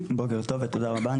בוקר טוב ותודה רבה.